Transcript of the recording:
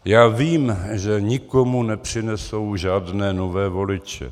Já vím, že nikomu nepřinesou žádné nové voliče.